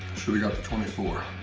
should've gotten twenty four